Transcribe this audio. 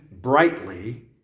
brightly